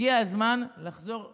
הגיע הזמן לחזור ליסודות,